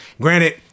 granted